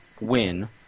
win